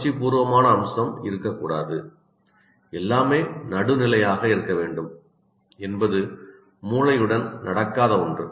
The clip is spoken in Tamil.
உணர்ச்சிபூர்வமான அம்சம் இருக்கக்கூடாது எல்லாமே நடுநிலையாக இருக்க வேண்டும் என்பது மூளையுடன் நடக்காத ஒன்று